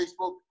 facebook